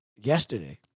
yesterday